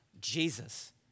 Jesus